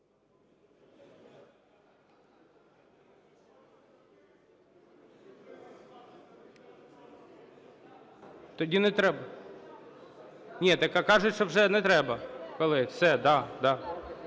Тоді не треба. Ні, так а кажуть, що вже не треба. Все, да,